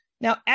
Now